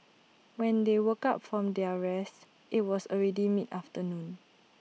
when they woke up from their rest IT was already mid afternoon